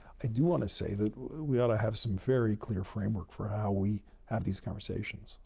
i do want to say that we ought to have some very clear framework for how we have these conversations.